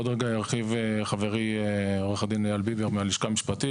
בהמשך ירחיב על כך חברי עו"ד אייל ביבר מהלשכה משפטית,